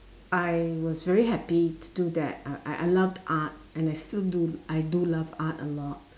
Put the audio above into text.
I was very happy to do that I I loved art and I still do I do love art a lot